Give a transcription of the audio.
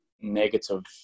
negative